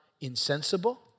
insensible